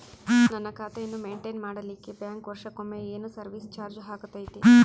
ನನ್ನ ಖಾತೆಯನ್ನು ಮೆಂಟೇನ್ ಮಾಡಿಲಿಕ್ಕೆ ಬ್ಯಾಂಕ್ ವರ್ಷಕೊಮ್ಮೆ ಏನು ಸರ್ವೇಸ್ ಚಾರ್ಜು ಹಾಕತೈತಿ?